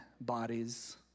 bodies